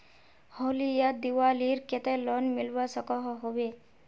होली या दिवालीर केते लोन मिलवा सकोहो होबे?